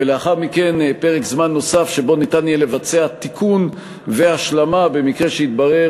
ולאחר מכן פרק זמן נוסף שבו ניתן יהיה לבצע תיקון והשלמה במקרה שיתברר